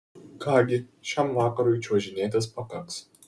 ką gi šiam vakarui čiuožinėtis pakaks